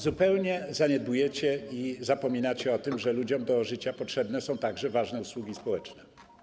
Zupełnie zaniedbujecie to i zapominacie o tym, że ludziom do życia potrzebne są także ważne usługi społeczne.